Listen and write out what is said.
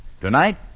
Tonight